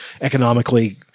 economically